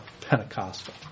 pentecostal